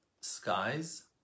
skies